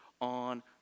on